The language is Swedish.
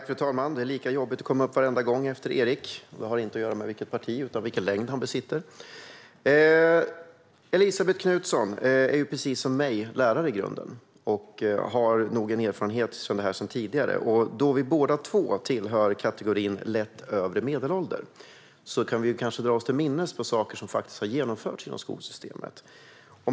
Fru talman! Det är lika jobbigt varje gång att komma upp i talarstolen efter Erik, vilket inte har med hans parti att göra utan med den längd han besitter. Elisabet Knutsson är precis som jag lärare i grunden och har erfarenhet av detta sedan tidigare. Då vi båda tillhör kategorin lätt övre medelålder kan vi kanske dra oss till minnes saker som har genomförts inom skolsystemet.